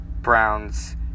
Browns